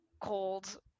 cold